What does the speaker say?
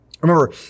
Remember